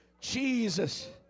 Jesus